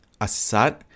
Asat